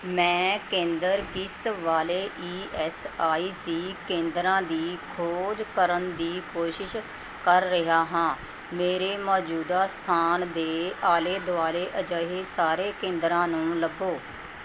ਮੈਂ ਕੇਂਦਰ ਕਿਸ ਵਾਲੇ ਈ ਐੱਸ ਆਈ ਸੀ ਕੇਂਦਰਾਂ ਦੀ ਖੋਜ ਕਰਨ ਦੀ ਕੋਸ਼ਿਸ਼ ਕਰ ਰਿਹਾ ਹਾਂ ਮੇਰੇ ਮੌਜੂਦਾ ਸਥਾਨ ਦੇ ਆਲੇ ਦੁਆਲੇ ਅਜਿਹੇ ਸਾਰੇ ਕੇਂਦਰਾਂ ਨੂੰ ਲੱਭੋ